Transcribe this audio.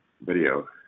video